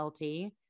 LT